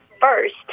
first